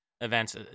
events